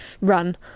run